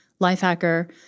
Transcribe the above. Lifehacker